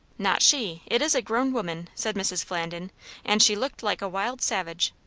not she. it is a grown woman, said mrs. flandin and she looked like a wild savage.